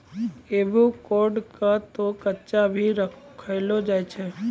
avocado क तॅ कच्चा भी खैलो जाय छै